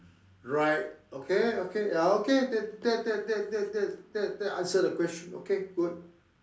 right okay okay ya okay that that that that that that that answer the question okay good